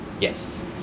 yes